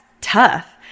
tough